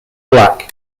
black